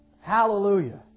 Hallelujah